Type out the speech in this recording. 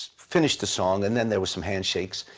finished the song and then there were some handshakes.